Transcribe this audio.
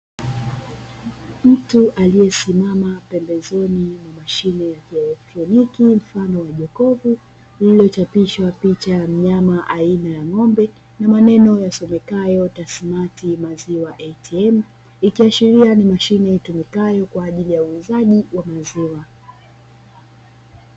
Mtu aliyesimama pembezoni mwa mashine ya kielektroniki mfano wa jokofu lililochapishwa picha ya mnyama aina ya ng'ombe na maneno yasomekayo "TASSMAT" maziwa "ATM", ikiashiria ni mashine itumikayo kwa ajili ya uuzaji wa maziwa.